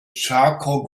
charcoal